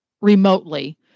remotely